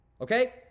Okay